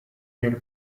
nulle